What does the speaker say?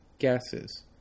Gases